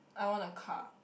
I want a car